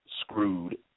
screwed